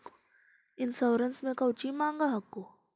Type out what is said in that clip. Insurance मे कौची माँग हको?